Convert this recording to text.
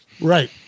Right